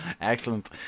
Excellent